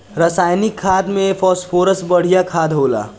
रासायनिक खाद में फॉस्फोरस बढ़िया खाद होला